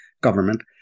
government